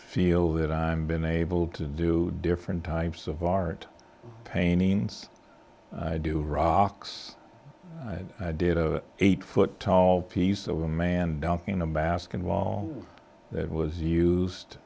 feel that i'm been able to do different types of art paintings i do rocks i did a eight foot tall piece of a man down in a basketball that was used